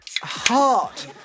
heart